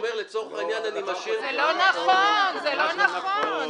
--- זה לא נכון, זה לא נכון.